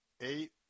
eight